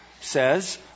says